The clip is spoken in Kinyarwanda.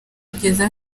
kugeza